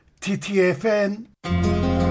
TTFN